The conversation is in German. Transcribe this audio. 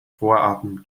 vorabend